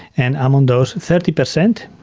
and among those, thirty percent,